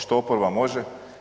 Što oporba može?